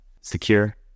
secure